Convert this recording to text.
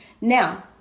Now